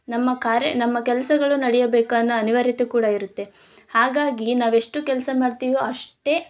ನಮ್ಮ ಕಾರ್ಯ ನಮ್ಮ ಕೆಲಸಗಳು ನಡಿಯಬೇಕು ಅನ್ನೋ ಅನಿವಾರ್ಯತೆ ಕೂಡ ಇರುತ್ತೆ ಹಾಗಾಗಿ ನಾವು ಎಷ್ಟು ಕೆಲಸ ಮಾಡ್ತೀವೋ ಅಷ್ಟೇ